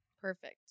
Perfect